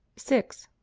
six.